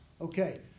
okay